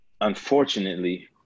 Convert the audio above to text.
unfortunately